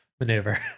maneuver